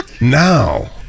Now